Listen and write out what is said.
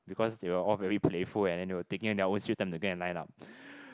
because they were all very playful and then they were taking their own sweet time to go and line up